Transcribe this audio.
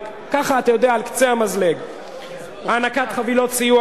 רק על קצה המזלג: הענקת חבילות סיוע